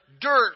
dirt